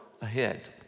ahead